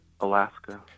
Alaska